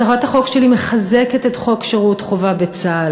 הצעת החוק שלי מחזקת את חוק שירות חובה בצה"ל,